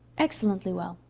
excellently well.